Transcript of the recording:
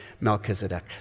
Melchizedek